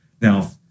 Now